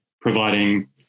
providing